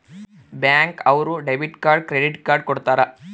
bank ಅವ್ರು debit card credit card ಕೊಡ್ತಾರ